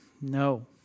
No